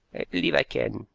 believe i can,